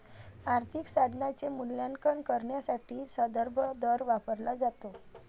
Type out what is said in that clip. आर्थिक साधनाचे मूल्यांकन करण्यासाठी संदर्भ दर वापरला जातो